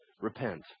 repent